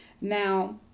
Now